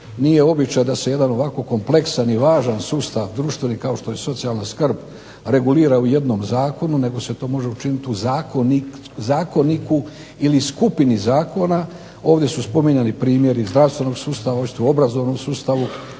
nije običaj da se jedan ovako kompleksan i važan sustav društveni kao što je socijalna skrb regulira u jednom zakonu, nego se to može učiniti u zakoniku ili skupini zakona. Ovdje su spominjani primjeri zdravstvenog sustava, hoćete u obrazovnom sustavu